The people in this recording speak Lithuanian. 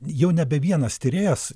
jau nebe vienas tyrėjas